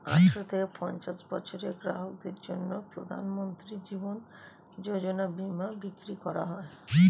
আঠারো থেকে পঞ্চাশ বছরের গ্রাহকদের জন্য প্রধানমন্ত্রী জীবন যোজনা বীমা বিক্রি করা হয়